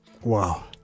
Wow